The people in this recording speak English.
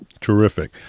Terrific